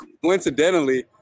coincidentally